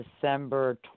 December